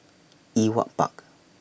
Ewart Park